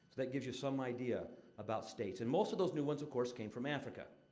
that gives you some idea about states. and most of those new ones, of course, came from africa.